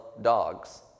dogs